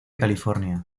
california